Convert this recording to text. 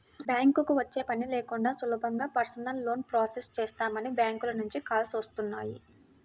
బ్యాంకుకి వచ్చే పని లేకుండా సులభంగా పర్సనల్ లోన్ ప్రాసెస్ చేస్తామని బ్యాంకుల నుంచి కాల్స్ వస్తున్నాయి